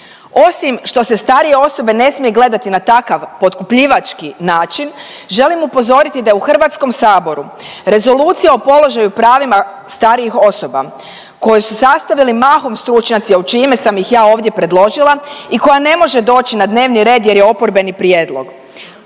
Osim što se starije osobe ne smije gledati na takav potkupljivački način, želim upozoriti da je u Hrvatskom saboru rezolucija o položaju pravima starijih osoba, koju su sastavili mahom stručnjaci, a u čije ime sam ih ja ovdje predložila i koja ne može doći na Dnevni red jer je oporbeni prijedlog.